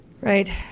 Right